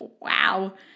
Wow